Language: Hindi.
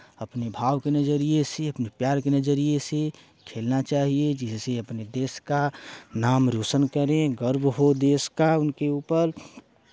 अपने भाव के नज़रिये से अपने प्यार के नजरिये से खेलना चाहिए जिससे अपने देश का नाम रौशन करें गर्व हो देश का उनके ऊपर